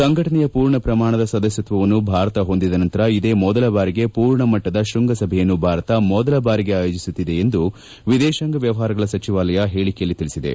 ಸಂಘಟನೆಯ ಪೂರ್ಣ ಪ್ರಮಾಣದ ಸದಸ್ಯತ್ವವನ್ನು ಭಾರತ ಹೊಂದಿದ ನಂತರ ಇದೇ ಮೊದಲ ಬಾರಿಗೆ ಪೂರ್ಣ ಮಟ್ಟದ ಶ್ವಂಗಸಭೆಯನ್ನು ಭಾರತ ಮೊದಲ ಬಾರಿಗೆ ಆಯೋಜಿಸುತ್ತಿದೆ ಎಂದು ವಿದೇಶಾಂಗ ವ್ಯವಹಾರಗಳ ಸಚಿವಾಲಯ ಹೇಳಿಕೆಯಲ್ಲಿ ತಿಳಿಸಿದೆ